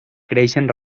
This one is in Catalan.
creixen